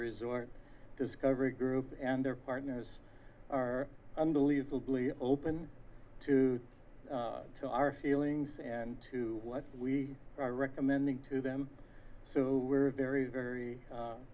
resort discovery group and their partners are unbelievably open to to our feelings and to what we are recommending to them so we're very very